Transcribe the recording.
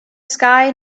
sky